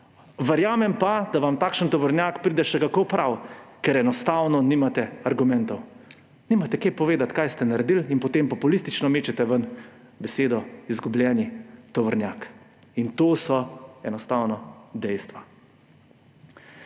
Verjamem pa, da vam takšen tovornjak pride še kako prav, ker enostavno nimate argumentov. Nimate česa povedati, kaj ste naredili, in potem populistično mečete ven besedo izgubljeni tovornjak. In to so enostavno dejstva.